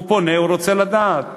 הוא פונה, הוא רוצה לדעת,